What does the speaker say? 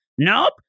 Nope